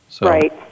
right